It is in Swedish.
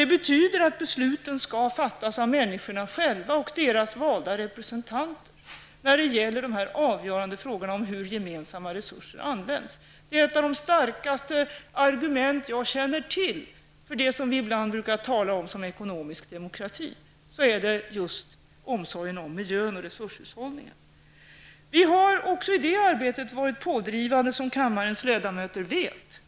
Det betyder att besluten i dessa avgörande frågor om hur gemensamma resurser används skall fattas av människorna själva och av deras valda representanter. Ett av de starkaste argument jag känner till för det vi ibland brukar tala om som ekonomisk demokrati är just resurshushållningen och omsorgen om miljön. Vi har också i det arbetet varit pådrivande, som kammarens ledamöter vet.